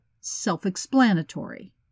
self-explanatory